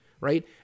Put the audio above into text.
right